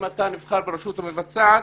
אם אתה נבחר ברשות המבצעת,